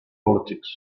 politics